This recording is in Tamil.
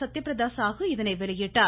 சத்ய பிரத சாகு இதனை வெளியிட்டார்